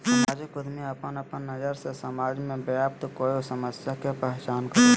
सामाजिक उद्यमी अपन अपन नज़र से समाज में व्याप्त कोय समस्या के पहचान करो हइ